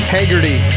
Haggerty